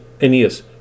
Aeneas